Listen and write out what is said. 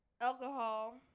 alcohol